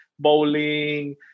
Bowling